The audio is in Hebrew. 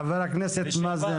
ח"כ מאזן,